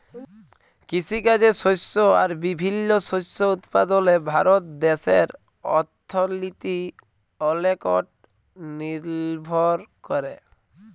কিসিকাজে শস্য আর বিভিল্ল্য শস্য উৎপাদলে ভারত দ্যাশের অথ্থলিতি অলেকট লিরভর ক্যরে